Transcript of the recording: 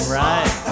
right